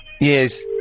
Yes